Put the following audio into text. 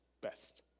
best